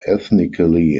ethnically